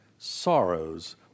Sorrows